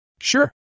Sure